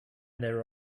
their